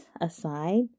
aside